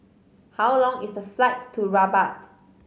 how long is the flight to Rabat